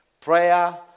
prayer